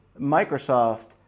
Microsoft